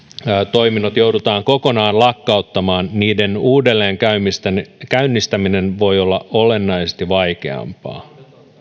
toiminnot joudutaan kokonaan lakkauttamaan niiden uudelleenkäynnistäminen voi olla olennaisesti vaikeampaa